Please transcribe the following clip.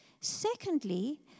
Secondly